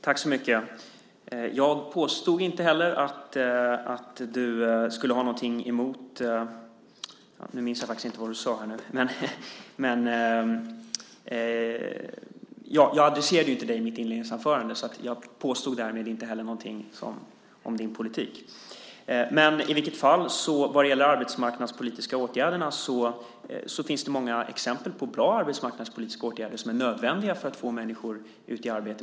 Herr talman! Jag påstod inte heller att du skulle ha något emot - nu minns jag faktiskt inte vad du sade! Jag adresserade inte dig i mitt inledningsanförande, och jag påstod därmed inte heller något om din politik. Det finns många exempel på bra arbetsmarknadspolitiska åtgärder som är nödvändiga för att få människor ut i arbete.